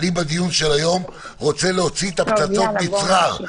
אני בדיון של היום רוצה להוציא את פצצות המצרר,